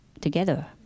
together